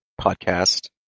podcast